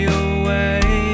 away